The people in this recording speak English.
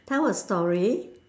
tell a story